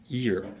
year